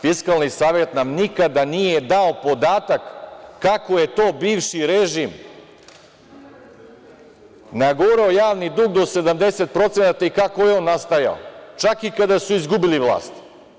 Fiskalni savet nam nikada nije dao podatak kako je to bivši režim nagurao javni dug do 70% i kako je on nastajao, čak i kada su izgubili vlast.